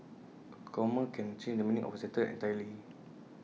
A comma can change the meaning of A sentence entirely